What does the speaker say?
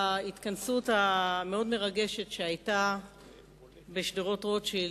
בהתכנסות המאוד-מרגשת שהיתה בשדרות-רוטשילד,